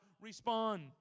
respond